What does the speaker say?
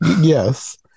yes